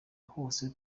hose